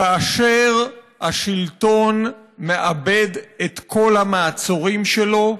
כאשר השלטון מאבד את כל המעצורים שלו,